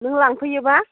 नों लांफैयोबा